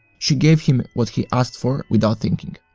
she gave him what he asked for without thinking.